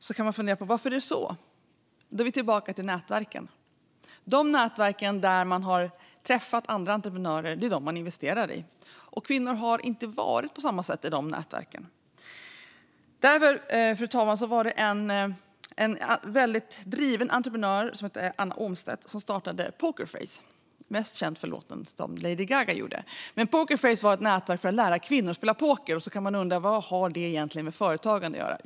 Då kan man fundera på varför det är så, och då är vi tillbaka vid nätverken. De nätverk där man har träffat andra entreprenörer är de nätverk man investerar i, och kvinnor har inte på samma sätt varit i de nätverken. Fru talman! Därför var det en väldigt driven entreprenör som heter Anna Omstedt som startade Pokerface. Namnet är mest känt som en låt med Lady Gaga, men Pokerface var ett nätverk för att lära kvinnor att spela poker. Då kan man undra: Vad har det egentligen med företagande att göra?